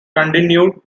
continued